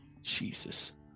Jesus